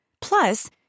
Plus